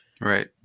Right